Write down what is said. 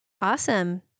Awesome